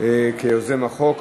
יוזם החוק,